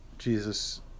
Jesus